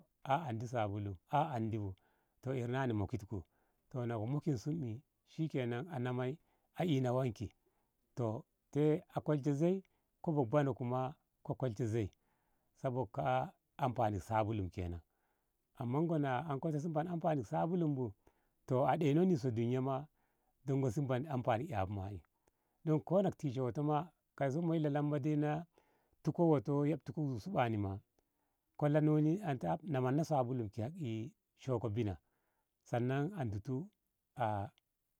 a andi sabulu a andi bu toh ƙeri na ni mokitku toh na ko mokitsu e shikenan anamai a ina wanki toh te a koishe zei ko bobbano kuma ko kolshe zei sabok ka. a anfani sabulu kenan amma ngoi na anko ta si man anfani sabulu bum toh a ɗeinok ni duniya ma dongo si man anfani ƙabu ma. e don kona ko tishe woto ma kaiso moi lalamba dai na tiko ki woto yaɗtitko zug subani ma kola la noni ana ta am nama no sabulu ki ƙak ei shoko binah sannan a ditu a.